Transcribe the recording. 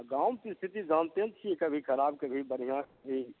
गाँवके स्थिति जानिते नहि छियै कभी खराब कभी बढ़िआँ ई